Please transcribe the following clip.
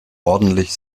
ordentlich